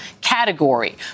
category